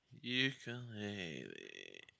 Ukulele